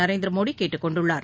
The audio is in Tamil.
நரேந்திர மோடி கேட்டுக் கொண்டுள்ளார்